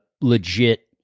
legit